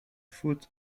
foot